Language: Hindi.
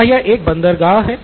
क्या यह एक बंदरगाह है